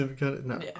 no